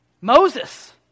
Moses